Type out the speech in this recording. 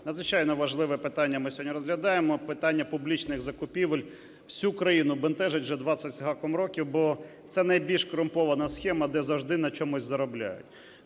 надзвичайно важливе питання ми сьогодні розглядаємо, питання публічних закупівель, всю країну бентежить вже 20 з гаком років, бо це найбільш корумпована схема, де завжди на чомусь заробляють.